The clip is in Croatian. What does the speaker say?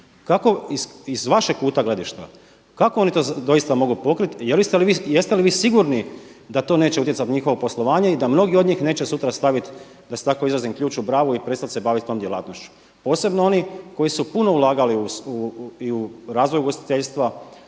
Kako iz vaše kuta gledišta, kako oni to doista mogu pokriti? Jeste li vi sigurni da to neće utjecati na njihovo poslovanje i da mnogi od njih neće sutra staviti da se tako izrazim ključ u bravu i prestat se baviti tom djelatnošću, posebno oni koji su puno ulagali i u razvoj ugostiteljstva,